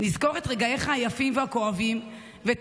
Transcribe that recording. נזכור את רגעיך היפים והכואבים ואת